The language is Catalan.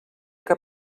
que